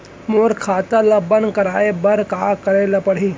मोर खाता ल बन्द कराये बर का का करे ल पड़ही?